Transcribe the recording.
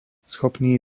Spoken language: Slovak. schopný